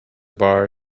bar